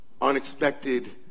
Unexpected